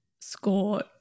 score